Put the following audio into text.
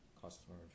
customer